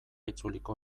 itzuliko